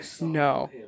No